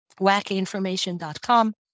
wackyinformation.com